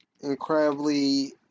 Incredibly